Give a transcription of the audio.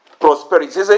Prosperity